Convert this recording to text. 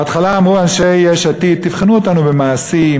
בהתחלה אמרו אנשי יש עתיד: תבחנו אותנו במעשים,